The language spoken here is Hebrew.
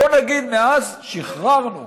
בוא נגיד: מאז שחררנו